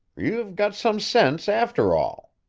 you've got some sense, after all.